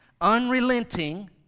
Unrelenting